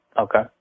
Okay